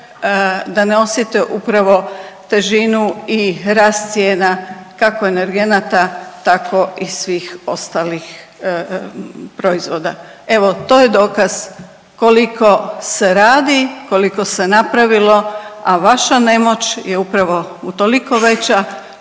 da ne osjete upravo težinu i rast cijena kako energenata tako i svih ostalih proizvoda. Evo to je dokaz koliko se radi, koliko se napravilo, a vaša nemoć je upravo utoliko veća